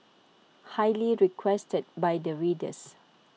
highly requested by the readers